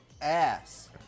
ass